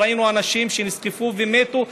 וראינו אנשים שנסחפו ומתו,